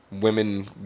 women